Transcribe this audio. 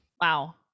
Wow